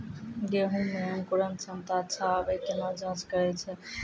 गेहूँ मे अंकुरन क्षमता अच्छा आबे केना जाँच करैय छै?